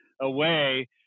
away